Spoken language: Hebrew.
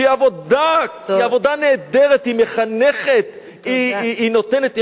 שהיא עבודה נהדרת, היא מחנכת, והיא נותנת.